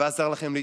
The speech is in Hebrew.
ועזר לכם להתאחד,